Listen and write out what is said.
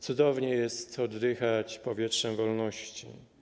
Cudownie jest oddychać powietrzem wolności.